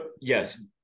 yes